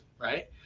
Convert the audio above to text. right